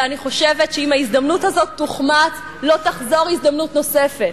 ואני חושבת שאם ההזדמנות הזאת תוחמץ לא תהיה הזדמנות נוספת,